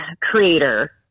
creator